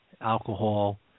alcohol